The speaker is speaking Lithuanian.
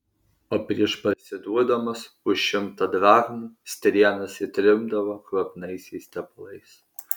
o prieš parsiduodamos už šimtą drachmų strėnas įtrindavo kvapniaisiais tepalais